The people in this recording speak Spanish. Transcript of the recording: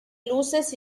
luces